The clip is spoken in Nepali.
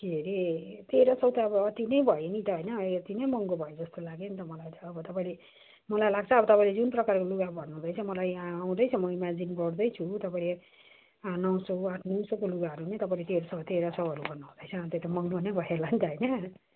के अरे तेह्र सौ त अब अति नै भयो नि त होइन अति नै महँगो भयो जस्तो लाग्यो नि त अब त मलाई त अब तपाईँले मलाई लाग्छ अब तपाईँले जुन प्रकारको लुगा भन्नुहुँदैछ मलाई यहाँ म इमेजिन गर्दैछु तपाईँले नौ सौ आठ नौ सौको लुगाहरू पनि तपाईँले तेह्र सौ तेह्र सौहरू भन्नुहुँदैछ अनि त्यो त महँगो नै भयो होला नि त होइन